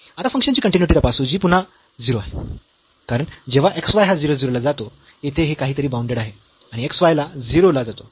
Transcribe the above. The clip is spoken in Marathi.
आता फंक्शनची कन्टीन्यूईटी तपासू जी पुन्हा e 0 आहे कारण जेव्हा x y हा 0 0 ला जातो येथे हे काहीतरी बाऊंडेड आहे आणि x y हा 0 ला जातो